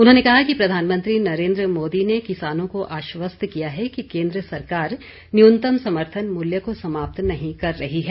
उन्होंने कहा कि प्रधानमंत्री नरेन्द्र मोदी ने किसानों को आश्वस्त किया है कि केन्द्र सरकार न्यूनतम समर्थन मूल्य को समाप्त नहीं कर रही है